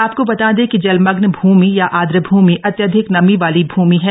आपको बता दें कि जलमग्न भूमि या आर्द्र भूमि अत्यधिक नमी वाली भूमि हैं